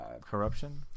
Corruption